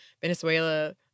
Venezuela